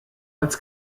als